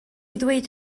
ddweud